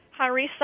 harissa